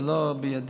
זה לא בידי,